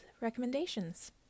recommendations